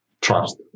trust